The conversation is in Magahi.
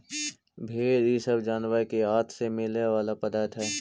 भेंड़ इ सब जानवर के आँत से मिला वाला पदार्थ हई